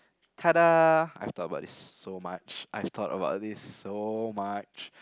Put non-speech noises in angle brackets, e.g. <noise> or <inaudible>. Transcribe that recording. <noise> I've thought about this so much I've thought about this so much